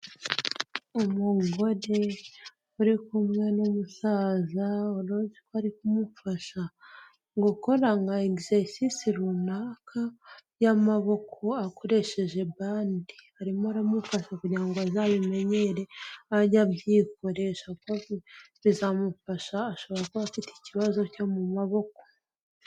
Umugore uri kumwe n'umusaza uruzi ko ari kumufasha gukora nka exercise runaka y'amaboko akoresheje bande, arimo aramufasha kugira ngo azabimenyere ajye abyikoresha bizamufasha ashobora kuba afite ikibazo cyo mu maboko.